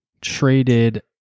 traded